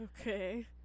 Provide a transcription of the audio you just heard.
Okay